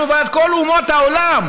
אנחנו בעד כל אומות העולם.